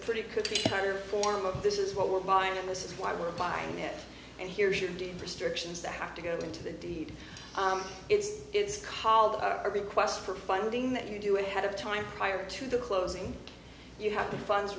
pretty cookie cutter form of this is what we're buying this is why we're buying it and here's your dangerous directions to have to go into the deed it's it's called a request for funding that you do ahead of time prior to the closing you have the funds